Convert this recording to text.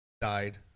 Died